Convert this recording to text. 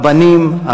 הבנים,